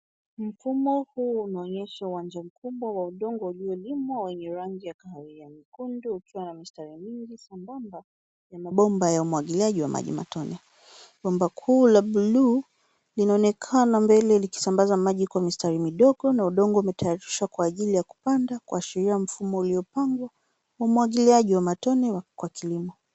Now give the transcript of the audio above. Mfumo huu unaonyesha uwanja mkubwa wa udongo uliolimwa wenye rangi ya kahawia. Mkondo ukiwa na mistari mingi sambamba ya mabomba ya umwagiliaji wa maji matone. Bomba kuu la bluu linaonekana mbele likisambaza maji kwa mistari midogo na udongo umetayarishwa kwa ajili ya kupanda kuashiria mfumo uliopangwa wa umwagiliaji wa matone kwa kilimo.